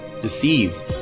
deceived